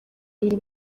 bibiri